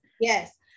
Yes